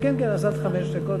עד שלוש דקות